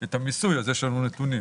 את המיסוי, יש לנו נתונים.